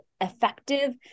effective